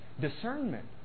discernment